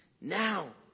Now